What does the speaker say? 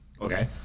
Okay